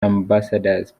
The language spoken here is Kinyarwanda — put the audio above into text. ambasadazi